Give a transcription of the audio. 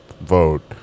vote